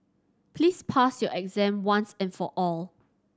please pass your exam once and for all